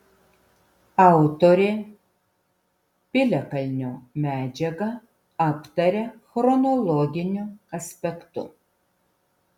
autorė piliakalnio medžiagą aptaria chronologiniu aspektu